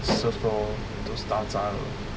serve lor those 打杂的